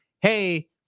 hey